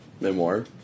memoir